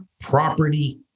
Property